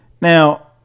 Now